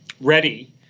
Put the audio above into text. ready